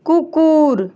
কুকুর